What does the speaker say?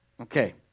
Okay